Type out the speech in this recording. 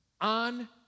On